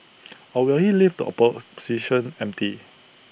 or will he leave the opposition empty